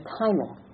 timing